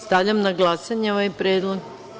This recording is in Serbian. Stavljam na glasanje ovaj predlog.